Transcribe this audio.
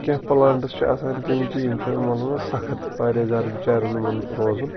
کینٛہہ پٕلانٛٹٕس چھِ آسان تِم کہِ یِم چھِ مل سخت واریاہ زیادٕ بِچارٮ۪ن یِمن روزُن